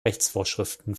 rechtsvorschriften